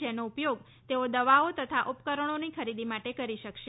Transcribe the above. જેનો ઉપયોગ તેઓ દવાઓ તથા ઉપકરણોની ખરીદી માટે કરી શકશે